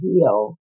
heal